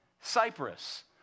Cyprus